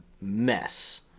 mess